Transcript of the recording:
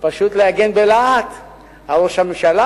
ופשוט להגן בלהט על ראש הממשלה.